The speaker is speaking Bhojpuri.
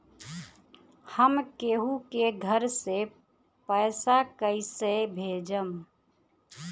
हम केहु के घर से पैसा कैइसे भेजम?